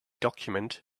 document